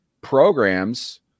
programs